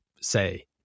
say